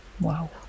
Wow